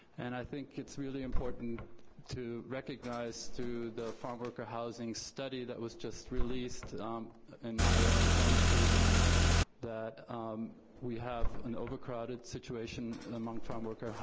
and i think it's really important to recognize through the farmworker housing study that was just released in monterey and santa cruz that we have an overcrowded situation among farmworker,